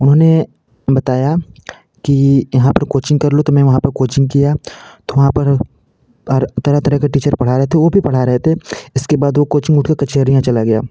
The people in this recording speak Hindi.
उन्होंने बताया की यहाँ पर कोचिंग कर लो तो मैं वहाँ पे कोचिंग किया तो वहाँ पर तरह तरह के टीचर पढ़ा रहे थे वो भी पढ़ा रहे थे इसके बाद वो कोचिंग उठके कचारियाँ चला गया